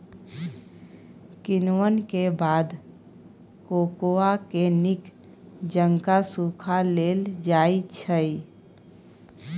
किण्वन के बाद कोकोआ के नीक जकां सुखा लेल जाइ छइ